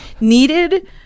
needed